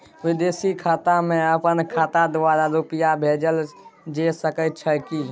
विदेशी खाता में अपन खाता द्वारा रुपिया भेजल जे सके छै की?